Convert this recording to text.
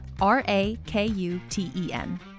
R-A-K-U-T-E-N